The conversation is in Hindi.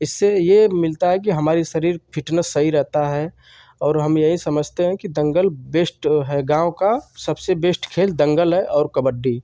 इससे यह मिलता है कि हमारा शरीर फ़िटनेस सही रहता है और हम यही समझते हैं कि दंगल बेस्ट है गाँव का सबसे बेस्ट खेल दंगल है और कबड्डी